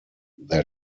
their